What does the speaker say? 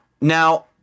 Now